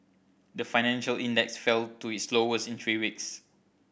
the financial index fell to its lowest in three weeks